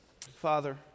father